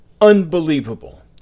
unbelievable